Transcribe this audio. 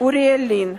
אוריאל לין.